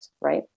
right